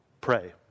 pray